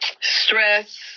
stress